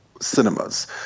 cinemas